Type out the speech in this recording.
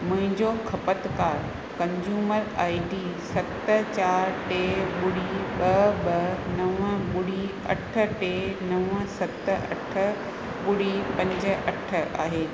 मुहिंजो खपतकार consumer I D सत चारि टे ॿुड़ी ॿ ॿ नव ॿुड़ी अठ टे नव सत अठ ॿुड़ी पंज अठ आहे